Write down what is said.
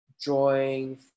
drawing